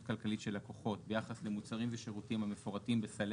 כלכלית של לקוחות ביחס למוצרים ושירותים המפורטים בסלי